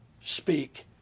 speak